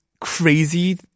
crazy